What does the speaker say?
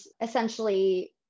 essentially